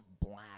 black